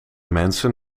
mensen